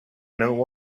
know